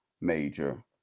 major